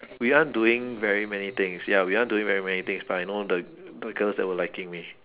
we aren't doing very many things ya we aren't doing very many things but I know the the girls that were liking me